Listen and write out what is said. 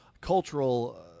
cultural